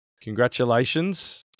Congratulations